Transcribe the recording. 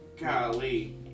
Golly